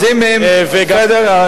בסדר.